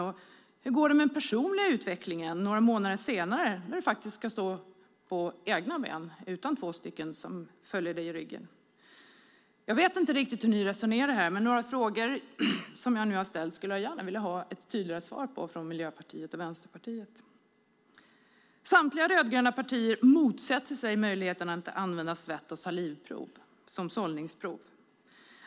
Och hur går det med den personliga utvecklingen några månader senare när man ska stå på egna ben utan dessa två? Jag vet inte hur Vänsterpartiet och Miljöpartiet resonerar, men jag skulle gärna vilja ha svar på dessa frågor. Samtliga rödgröna partier motsätter sig möjligheten att använda svett och salivprov som sållningsprov.